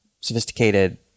sophisticated